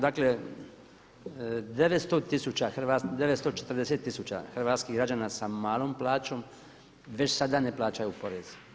Dakle 940 tisuća hrvatskih građana sa malom plaćom već sada ne plaćaju porez.